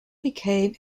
became